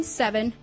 seven